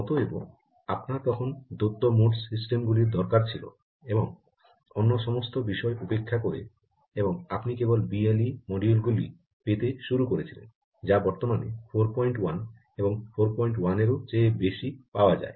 অতএব আপনার তখন দ্বৈত মোড সিস্টেম গুলির দরকার ছিল এবং অন্য সমস্ত বিষয় উপেক্ষা করে এবং আপনি কেবল বিএলই মডিউল গুলি পেতে শুরু করেছিলেন যা বর্তমানে 41 এবং 41 এর চেয়েও বেশি পাওয়া যায়